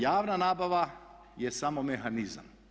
Javna nabava je samo mehanizam.